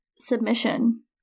submission